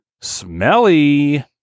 smelly